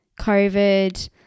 COVID